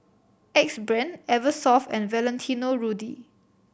Axe Brand Eversoft and Valentino Rudy